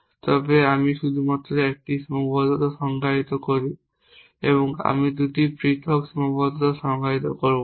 তবে আমি শুধুমাত্র 1টি সীমাবদ্ধতা সংজ্ঞায়িত করি যে আমি 2টি পৃথক সীমাবদ্ধতা সংজ্ঞায়িত করব না